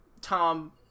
Tom